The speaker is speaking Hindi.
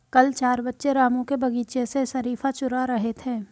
कल चार बच्चे रामू के बगीचे से शरीफा चूरा रहे थे